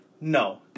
No